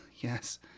Yes